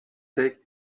take